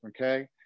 okay